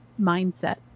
mindset